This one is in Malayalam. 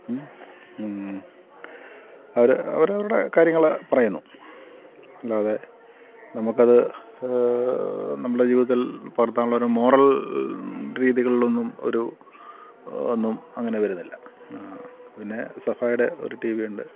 അവർ അവരവരുടെ കാര്യങ്ങൾ പറയുന്നു അല്ലാതെ നമുക്ക് അത് നമ്മുടെ ജീവിതത്തിൽ പുലർത്താനുള്ള ഒരു മോറൽ രീതികളിലൊന്നും ഒരു ഒന്നും അങ്ങനെ വരുന്നില്ല പിന്നെ സഭയുടെ ഒരു ടിവിയുണ്ട്